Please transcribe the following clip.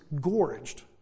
gorged